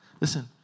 Listen